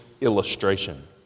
illustration